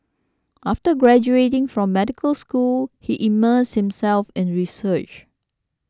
after graduating from medical school he immersed himself in research